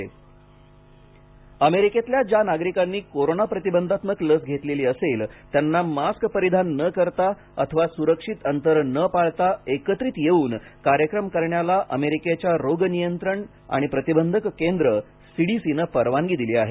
American अमेरिकेतल्या ज्या नागरिकांनी कोरोंना प्रतिबंधक लस घेतलेली असेल त्यांना मास्क परिधान न करता अथवा सुरक्षित अंतर न पाळता एकत्रित येऊन कार्यक्रम करण्याला अमेरिकेच्या रोग नियंत्रण आणि प्रतिबंधक केंद्र सीडीसीने परवानगी दिली आहे